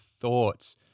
thoughts